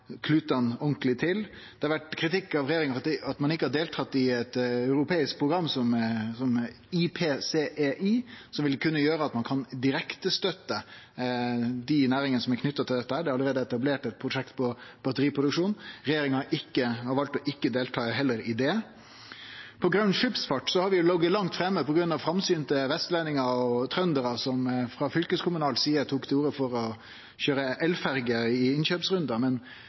til. Det har vore kritikk av regjeringa for at ein ikkje har deltatt i eit europeisk program, IPCEI, som vil kunne gjere at ein kan direktestøtte dei næringane som er knytte til dette. Der er det allereie etablert eit prosjekt for batteriproduksjon. Regjeringa har valt heller ikkje å delta i det. På grøn skipsfart har vi lege langt framme på grunn av framsynte vestlendingar og trøndarar som frå fylkeskommunal side tok til orde for å køyre elferjer i innkjøpsrundar, men